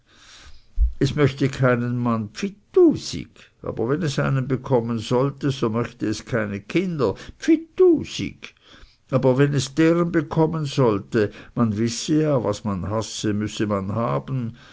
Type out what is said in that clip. es möchte keinen mann pfitusig aber wenn es einen bekommen sollte so möchte es keine kinder pfitusig aber wenn es deren bekommen sollte und man wisse ja was man hasse müsse man haben